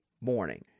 morning